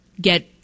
get